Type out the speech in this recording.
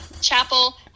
Chapel